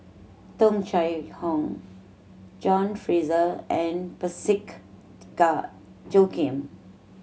Tung Chye Hong John Fraser and Parsick Joaquim